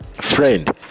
friend